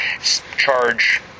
charge